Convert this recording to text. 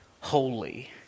Holy